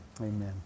Amen